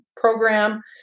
program